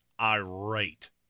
irate